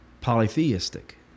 polytheistic